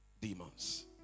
demons